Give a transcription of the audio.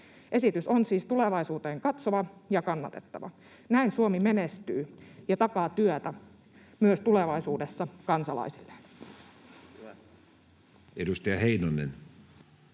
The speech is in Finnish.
Esitys on siis tulevaisuuteen katsova ja kannatettava. Näin Suomi menestyy ja takaa työtä kansalaisilleen myös